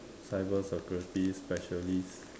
cyber security specialist